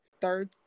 third